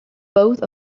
both